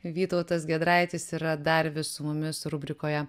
vytautas giedraitis yra dar vis su mumis rubrikoje